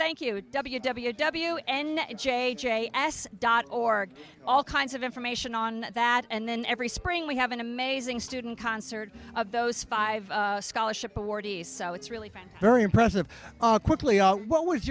thank you w w w n j j s dot org all kinds of information on that and then every spring we have an amazing student concert of those five scholarship awardees so it's really been very impressive all quickly all what was